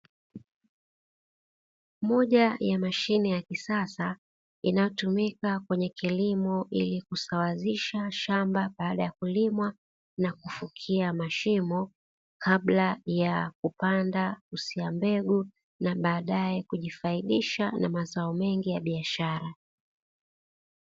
Moja ya mashine ya kisasa inayotumika kwenye kilimo ili kusawazisha shamba baada ya kulimwa na kufukia mashimo kabla ya kupanda, kusia mbegu na baadae kujifaidisha na mazao mengi ya biashara.